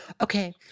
Okay